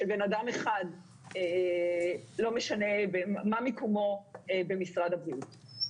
בן אדם אחד ולא משנה מה מיקומו במשרד הבריאות.